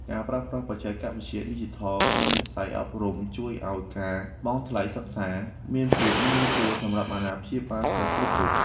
ការប្រើប្រាស់បច្ចេកវិទ្យាឌីជីថលក្នុងវិស័យអប់រំជួយឱ្យការបង់ថ្លៃសិក្សាមានភាពងាយស្រួលសម្រាប់អាណាព្យាបាលសិស្សគ្រប់រូប។